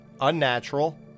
unnatural